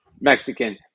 Mexican